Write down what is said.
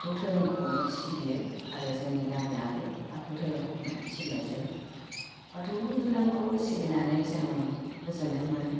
बाथौ धोरोमखौनो सिबियो आरो जोंनि गामियाबो बाथौ धोरोमखौनो सिबिनाय जायो बाथौ धोरोमखौ सिबिनानै जों गोजोन्नाय मोनो